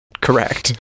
Correct